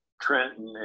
trenton